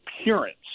appearance